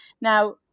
Now